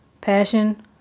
passion